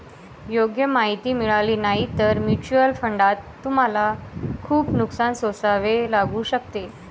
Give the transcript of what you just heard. योग्य माहिती मिळाली नाही तर म्युच्युअल फंडात तुम्हाला खूप नुकसान सोसावे लागू शकते